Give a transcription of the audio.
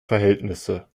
verhältnisse